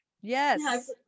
Yes